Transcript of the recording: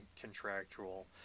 contractual